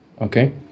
Okay